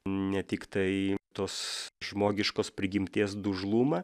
ne tiktai tos žmogiškos prigimties dužlumą